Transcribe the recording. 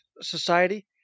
society